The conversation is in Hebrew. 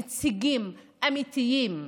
נציגים אמיתיים.